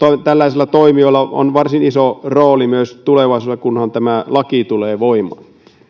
tällaisilla toimijoilla on varsin iso rooli myös tulevaisuudessa kunhan tämä laki tulee voimaan